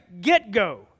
get-go